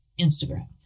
instagram